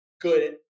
good